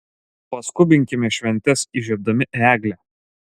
paskubinkime šventes įžiebdami eglę